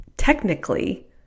Technically